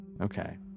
Okay